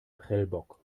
prellbock